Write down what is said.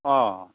অঁ